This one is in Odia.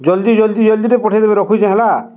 ଜଲ୍ଦି ଜଲ୍ଦି ଜଲ୍ଦିରେ ପଠେଇଦବେ ରଖୁଛି ହେଲା